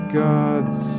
gods